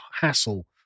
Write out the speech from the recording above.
hassle